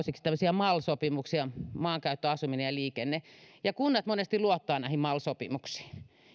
tämmöisiä mal sopimuksia maankäyttö asuminen ja liikenne ja kunnat monesti luottavat näihin mal sopimuksiin